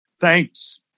Thanks